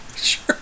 Sure